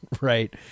right